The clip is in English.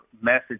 message